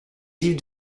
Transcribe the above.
vivre